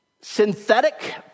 Synthetic